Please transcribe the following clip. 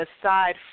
aside